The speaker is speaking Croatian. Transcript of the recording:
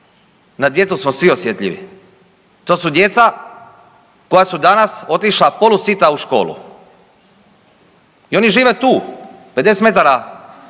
na djecu smo svi osjetljivi. To su djeca koja su danas otišla polu sita u školu i oni žive tu 50 metara